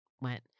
went